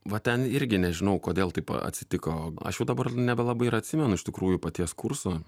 va ten irgi nežinau kodėl taip atsitiko aš jau dabar nebelabai ir atsimenu iš tikrųjų paties kurso